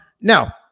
now